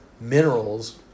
minerals